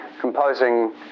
composing